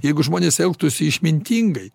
jeigu žmonės elgtųsi išmintingai